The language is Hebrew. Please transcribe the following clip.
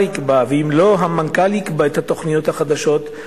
יקבע ואם לא המנכ"ל יקבע את התוכניות החדשות,